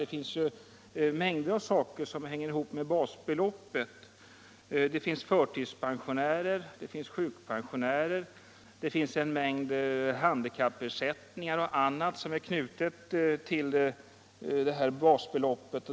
Det är ju mängder av saker som hänger ihop med basbeloppet, såsom pensionerna till förtidspensionärer och sjukpensionärer. Det finns en mängd handikappersättningar och annat som knutits till basbeloppet.